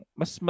mas